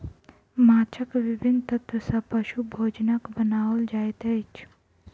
माँछक विभिन्न तत्व सॅ पशु भोजनक बनाओल जाइत अछि